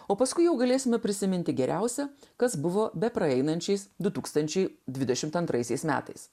o paskui jau galėsime prisiminti geriausia kas buvo bepraeinančiais du tūkstančiai dvidešimt antraisiais metais